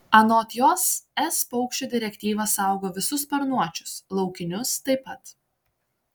anot jos es paukščių direktyva saugo visus sparnuočius laukinius taip pat